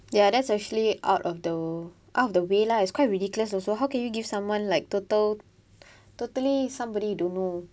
ya that's actually out of the out of the way lah it's quite ridiculous also how can you give someone like total totally somebody don't know